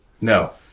no